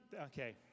okay